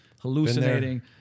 hallucinating